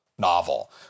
novel